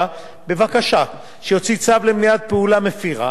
בבקשה שיוציא צו למניעת פעולה מפירה,